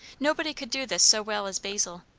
nobody could do this so well as basil.